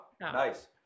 nice